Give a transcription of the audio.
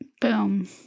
Boom